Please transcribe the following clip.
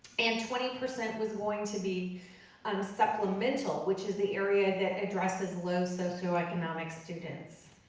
and twenty percent was going to be and supplemental, which is the area that addresses low socio-economic students.